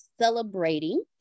celebrating